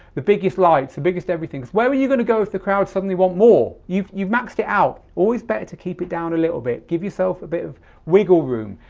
the biggest lights, the biggest everything. where are you going to go if the crowd suddenly want more? you've you've maxed it out. always better to keep it down a little bit, give yourself a bit of wiggle room.